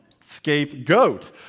Scapegoat